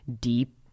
deep